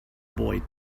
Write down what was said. boy